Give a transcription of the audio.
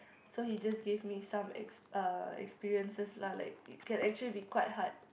so he just give me some expe~ uh experiences lah like it can actually be quite hard